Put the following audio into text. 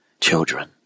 Children